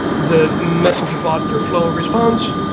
the messenger bot, your flow of response,